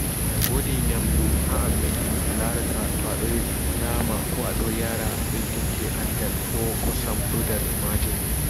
Wodi nyamdu ha amin dum ɓe larata toa nyama ko ado yara ɓeddinte andal ɓo kosam do nder maajum.